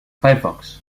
firefox